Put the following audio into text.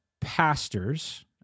pastors